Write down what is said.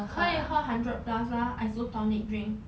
可以喝 hundred plus lah isotonic drink